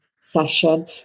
session